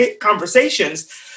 conversations